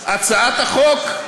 שהצעת החוק,